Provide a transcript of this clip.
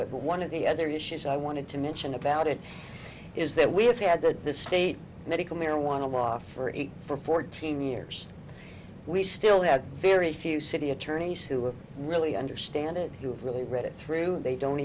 it but one of the other issues i wanted to mention about it is that we have had the state medical marijuana law for it for fourteen years we still have very few city attorneys who really understand it you've really read it through and they don't